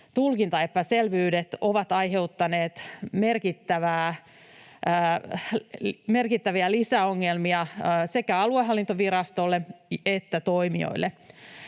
tulkintaepäselvyydet ovat aiheuttaneet merkittäviä lisäongelmia sekä aluehallintovirastolle että toimijoille.